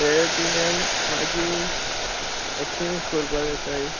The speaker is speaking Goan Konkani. ते तुज्यान मागीर एक्सचेंज कोरपा जाताय